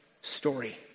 story